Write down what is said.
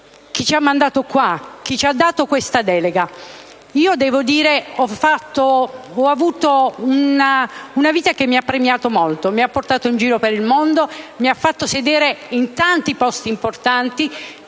chi ci ha mandato qui, chi ci ha dato questa delega. Ho avuto una vita che mi ha premiato molto, mi ha portato in giro per il mondo, mi ha fatto sedere in tanti posti importanti,